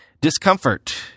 discomfort